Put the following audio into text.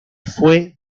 fue